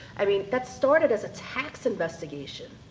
i mean, that started as a tax investigation.